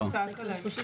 משרד המשפטים.